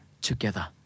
together